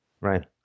Right